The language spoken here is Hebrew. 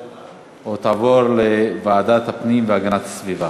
ותעבור לוועדת הפנים והגנת הסביבה.